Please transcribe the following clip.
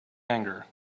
anger